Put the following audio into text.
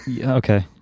Okay